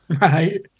Right